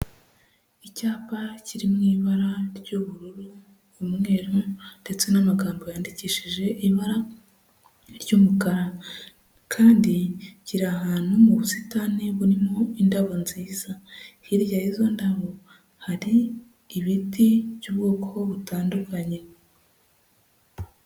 Icyapa kiri mu ibara ry'ubururu, umweru ndetse n'amagambo yandikishije ibara ry'umukara kandi kiri ahantu mu busitani burimo indabo nziza, hirya yizo ndabo hari ibiti by'ubwoko butandukanye.